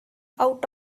out